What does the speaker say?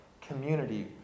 community